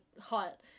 hot